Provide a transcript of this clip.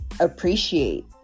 appreciate